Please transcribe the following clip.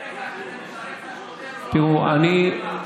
ברגע שזה משרת את השוטר מפעילים את המצלמה,